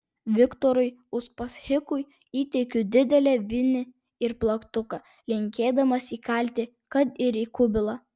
viktorui uspaskichui įteikiu didelę vinį ir plaktuką linkėdamas įkalti kad ir į kubilą